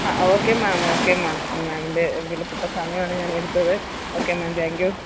ആ okay ma'am okay ma'am മാമിന്റെ വിലപ്പെട്ട സമയമാണ് ഞാന് എടുത്തത് ഓക്കെ മാം താങ്ക്യൂ